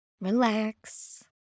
Relax